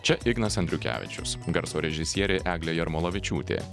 čia ignas andriukevičius garso režisierė eglė jarmolavičiūtė